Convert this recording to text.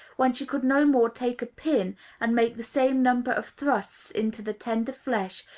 when she could no more take a pin and make the same number of thrusts into the tender flesh,